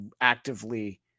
actively